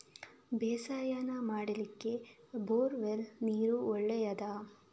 ಬೇಸಾಯ ಮಾಡ್ಲಿಕ್ಕೆ bore well ನೀರು ಒಳ್ಳೆಯದಾ?